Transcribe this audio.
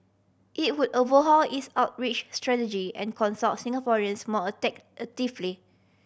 it would overhaul its outreach strategy and consult Singaporeans more actively